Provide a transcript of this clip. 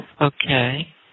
Okay